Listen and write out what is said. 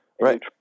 Right